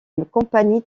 compagnie